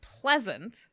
pleasant